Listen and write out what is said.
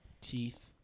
teeth